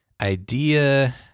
idea